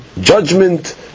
judgment